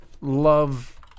love